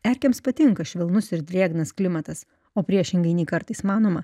erkėms patinka švelnus ir drėgnas klimatas o priešingai nei kartais manoma